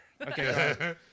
Okay